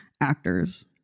actors